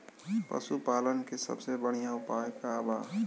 पशु पालन के सबसे बढ़ियां उपाय का बा?